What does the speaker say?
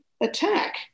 attack